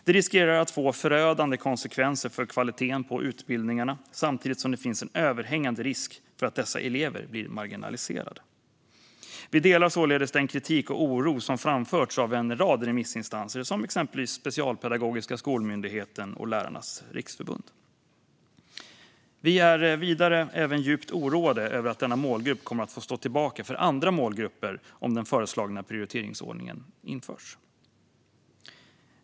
Det riskerar att få förödande konsekvenser för kvaliteten på utbildningarna, samtidigt som det finns en överhängande risk för att dessa elever blir marginaliserade. Vi delar således den kritik och oro som framförts av en rad remissinstanser, exempelvis Specialpedagogiska skolmyndigheten och Lärarnas Riksförbund. Vi är även djupt oroade över att denna målgrupp kommer att få stå tillbaka för andra målgrupper om den föreslagna prioriteringsordningen införs.